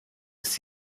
ist